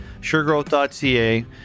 suregrowth.ca